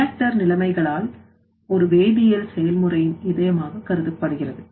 reactor நிலைமைகளால் ஒரு வேதியியல் செயல்முறையின் இதயமாக கருதப்படுகிறது